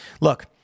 Look